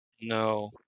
No